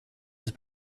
his